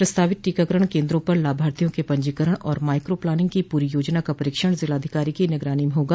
प्रस्तावित टीकाकरण केन्द्रों पर लाभार्थियों के पंजीकरण और माइक्रोप्लानिंग की पूरी योजना का परीक्षण जिलाधिकारी को निगरानी में होगा